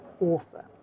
author